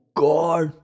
god